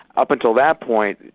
up until that point,